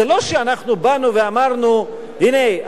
זה לא שאנחנו באנו ואמרנו: הנה,